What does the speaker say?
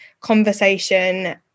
conversation